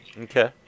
Okay